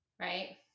Right